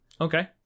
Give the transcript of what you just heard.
Okay